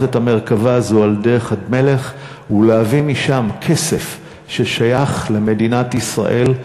את המרכבה הזאת על דרך המלך ולהביא משם כסף ששייך למדינת ישראל.